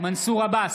מנסור עבאס,